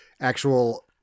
actual